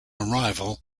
arrival